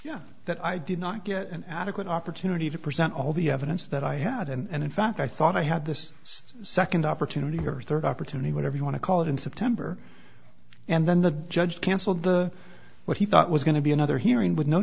was that i did not get an adequate opportunity to present all the evidence that i had and in fact i thought i had this second opportunity or third opportunity whatever you want to call it in september and then the judge canceled the what he thought was going to be another hearing with no